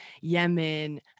Yemen